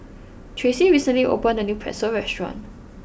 Tracy recently opened a new Pretzel restaurant